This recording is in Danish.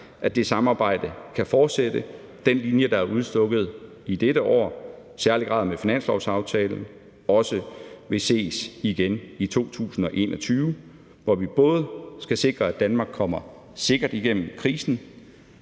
at det samarbejde kan fortsætte, og at den linje, der er udstukket i dette år og i særlig grad i forbindelse med finanslovsaftalen, og også vil kunne ses igen i 2021, hvor vi både skal sikre, at Danmark kommer sikkert igennem krisen,